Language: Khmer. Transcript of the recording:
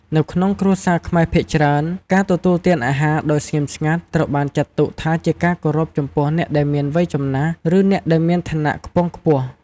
នៅក្នុងគ្រួសារខ្មែរភាគច្រើន ការទទួលទានអាហារដោយស្ងៀមស្ងាត់ត្រូវបានចាត់ទុកថាជាការគោរពចំពោះអ្នកដែលមានវ័យចំណាស់ ឬអ្នកដែលមានឋានៈខ្ពង់ខ្ពស់។